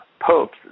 popes